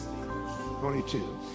22